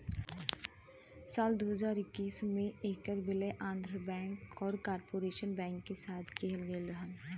साल दू हज़ार इक्कीस में ऐकर विलय आंध्रा बैंक आउर कॉर्पोरेशन बैंक के साथ किहल गयल रहल